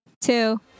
two